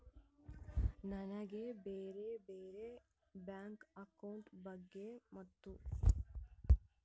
ನನಗೆ ಬ್ಯಾರೆ ಬ್ಯಾರೆ ಬ್ಯಾಂಕ್ ಅಕೌಂಟ್ ಬಗ್ಗೆ ಮತ್ತು?